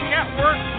Network